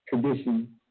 tradition